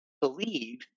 believe